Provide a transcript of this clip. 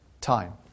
time